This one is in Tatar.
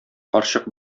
карчык